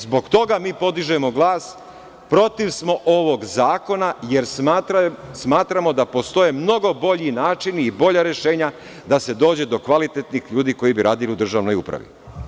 Zbog toga mi podižemo glas i protiv smo ovog zakona, jer smatramo da postoje mnogo bolji načini i bolja rešenja da se dođe do kvalitetnih ljudi koji bi radili u državnoj upravi.